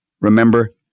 remember